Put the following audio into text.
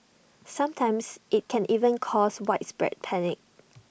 sometimes IT can even cause widespread panic